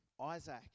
Isaac